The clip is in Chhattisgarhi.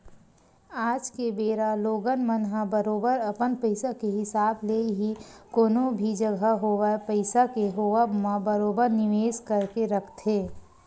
आज के बेरा लोगन मन ह बरोबर अपन पइसा के हिसाब ले ही कोनो भी जघा होवय पइसा के होवब म बरोबर निवेस करके रखथे